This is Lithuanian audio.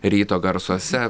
ryto garsuose